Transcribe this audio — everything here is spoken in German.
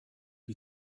die